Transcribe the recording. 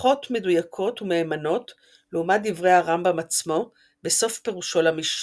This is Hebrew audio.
פחות מדויקות ומהימנות לעומת דברי הרמב"ם עצמו בסוף פירושו למשנה.